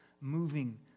moving